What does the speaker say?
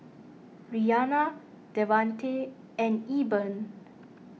Rianna Devante and Eben